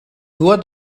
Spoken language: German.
nur